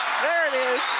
there it is